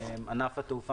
ענף התעופה